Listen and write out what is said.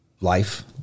life